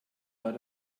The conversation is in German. war